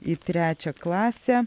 į trečią klasę